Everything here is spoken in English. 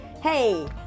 hey